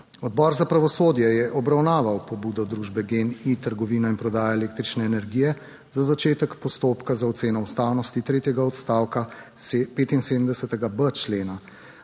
Odbor za pravosodje je obravnaval pobudo družbe GEN-I, trgovina in prodaja električne energije za začetek postopka za oceno ustavnosti tretjega odstavka 75.b člena